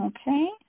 Okay